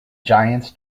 giants